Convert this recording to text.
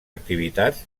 activitats